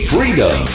Freedom